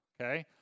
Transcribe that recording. okay